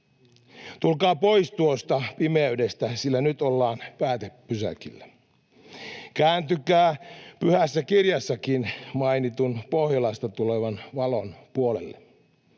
Tulkaa pois tuosta pimeydestä, sillä nyt ollaan päätepysäkillä. Kääntykää pyhässä kirjassakin mainitun Pohjolasta tulevan valon puolelle.